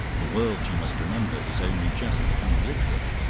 the world, you must remember, is only just becoming literate.